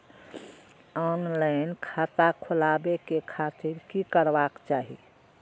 Online खाता खोलाबे के खातिर कि करबाक चाही?